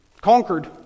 conquered